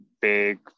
big